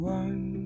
one